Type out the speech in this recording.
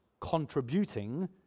contributing